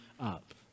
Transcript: up